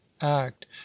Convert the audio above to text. act